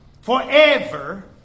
forever